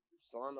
Son